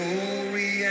Glory